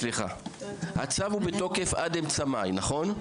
סליחה, הצו הוא בתוקף עד אמצע מאי, נכון?